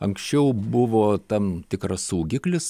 anksčiau buvo tam tikras saugiklis